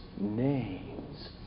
name's